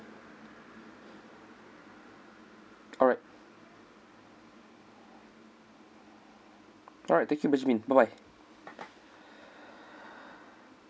alright alright thank you benjamin bye bye